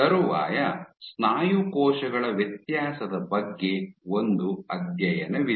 ತರುವಾಯ ಸ್ನಾಯು ಕೋಶಗಳ ವ್ಯತ್ಯಾಸದ ಬಗ್ಗೆ ಒಂದು ಅಧ್ಯಯನವಿದೆ